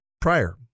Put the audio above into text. prior